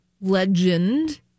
legend